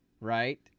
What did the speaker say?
Right